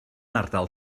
ardal